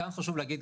כאן חשוב להגיד,